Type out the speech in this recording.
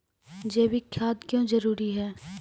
जैविक खाद क्यो जरूरी हैं?